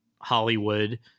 Hollywood